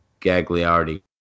Gagliardi